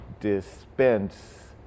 dispense